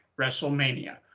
WrestleMania